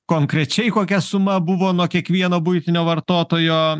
konkrečiai kokia suma buvo nuo kiekvieno buitinio vartotojo